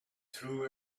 threw